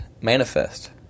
manifest